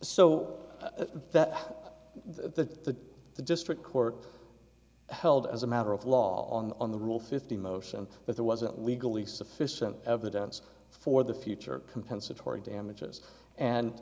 so that the district court held as a matter of law on the rule fifty motion that there wasn't legally sufficient evidence for the future compensatory damages and